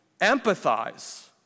empathize